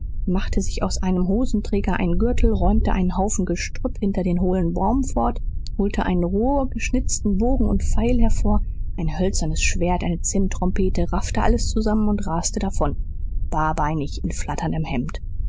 machte sich aus einem hosenträger einen gürtel räumte einen haufen gestrüpp hinter dem hohlen baum fort holte einen rohgeschnitzten bogen und pfeil hervor ein hölzernes schwert eine zinntrompete raffte alles zusammen und raste davon barbeinig in flatterndem hemd